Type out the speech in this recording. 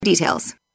details